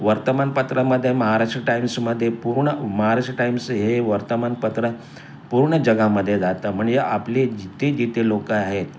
वर्तमानपत्रामध्ये महाराष्ट्र टाईम्समध्ये पूर्ण महाराष्ट्र टाईम्स हे वर्तमानपत्र पूर्ण जगामध्ये जातं म्हणजे आपले जिथे जिथे लोकं आहेत